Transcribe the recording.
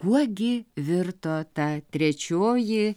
kuo gi virto ta trečioji